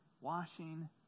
washing